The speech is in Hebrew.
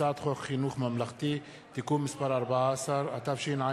הצעת חוק חינוך ממלכתי (תיקון מס' 14), התשע"ב